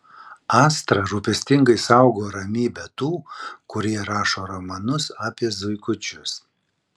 astra rūpestingai saugo ramybę tų kurie rašo romanus apie zuikučius